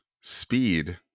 speed